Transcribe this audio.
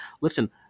listen